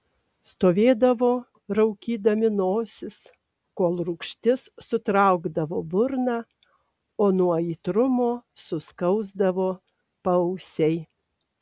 stovėdavo raukydami nosis kol rūgštis sutraukdavo burną o nuo aitrumo suskausdavo paausiai